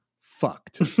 fucked